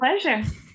pleasure